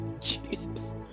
Jesus